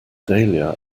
dahlia